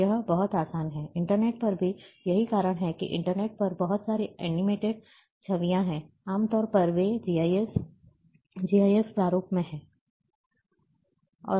और यह बहुत आसान है इंटरनेट पर भी यही कारण है कि इंटरनेट पर बहुत सारी एनिमेटेड छवियां हैं आमतौर पर वे जीआईएफ प्रारूप में हैं